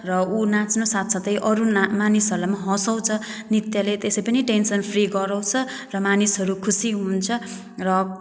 र ऊ नाच्न साथसाथै अरू ना मानिसहरूलाई पनि हँसाउँछ नृत्यले त्यसै पनि टेन्सन फ्री गराउँछ र मानिसहरू खुसी हुन्छ र